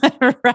right